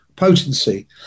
Potency